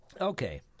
Okay